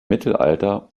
mittelalter